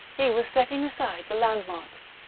he was setting aside the landmarks.